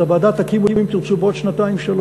את הוועדה תקימו, אם תרצו, בעוד שנתיים-שלוש,